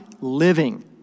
living